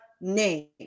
name